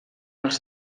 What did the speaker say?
els